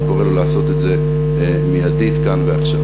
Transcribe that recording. אני קורא לו לעשות את זה מיידית, כאן ועכשיו.